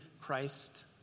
Christ